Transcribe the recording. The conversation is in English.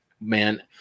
Man